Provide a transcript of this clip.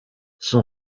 son